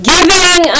Giving